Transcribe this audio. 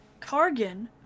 Kargan